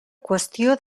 qüestió